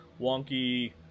wonky